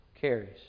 carries